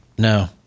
no